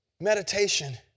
Meditation